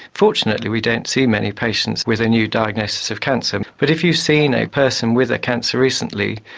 fortunately we don't see many patients with a new diagnosis of cancer, but if you've seen a person with a cancer recently,